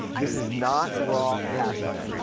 this is not raw cast iron.